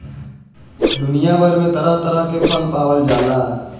दुनिया भर में तरह तरह के फल पावल जाला